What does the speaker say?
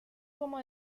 como